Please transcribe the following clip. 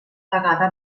vegada